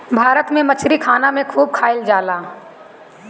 भारत में मछरी खाना में खूब खाएल जाला